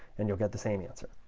and you'll get the same answer.